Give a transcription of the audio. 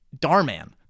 Darman